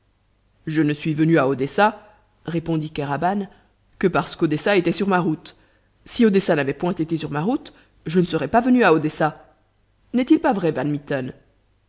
je ne suis venu à odessa répondit kéraban que parce qu'odessa était sur ma route si odessa n'avait point été sur ma route je ne serais pas venu à odessa n'est-il pas vrai